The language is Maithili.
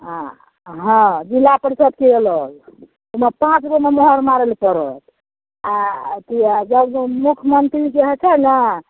आओर हाँ जिला परिषदके अलग ओइमे पाँचगोमे मोहर मारय लए पड़त आओर अथी जाहिमे मुखमन्त्री जे हइ छै ने